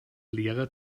lehrer